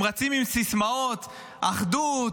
הם רצים עם סיסמאות, "אחדות",